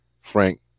Frank